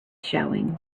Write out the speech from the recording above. showing